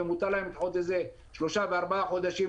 מותר להם לדחות שלושה-ארבעה חודשים,